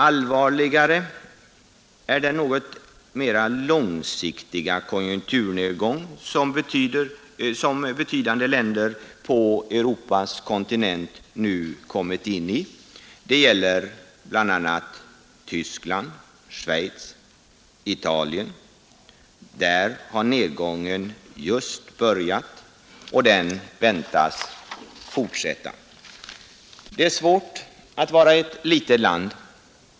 Allvarligare är den något mera långsiktiga konjunkturnedgången som betydande länder på Europas kontinent nu kommit in i; det gäller bl.a. Tyskland, Schweiz och Italien. Där har nedgången just börjat, och den väntas fortsätta. Det är svårt att vara ett litet land.